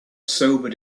sobered